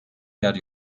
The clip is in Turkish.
yer